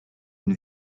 une